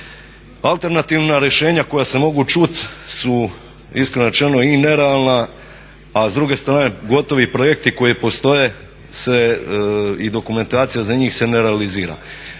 Alternativna rješenja koja se mogu čuti su iskreno rečeno i nerealna a s druge strane gotovi projekti koji postoje se, i dokumentacija za njih se ne realizira.